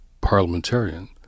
parliamentarian